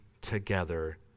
together